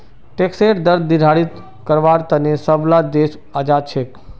टैक्सेर दर निर्धारित कारवार तने सब ला देश आज़ाद छे